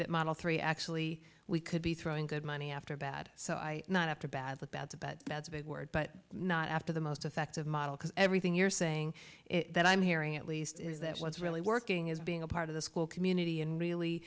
that model three actually we could be throwing good money after bad so i not after bad bad bad bad bad word but not after the most effective model because everything you're saying that i'm hearing at least is that what's really working is being a part of the school community and really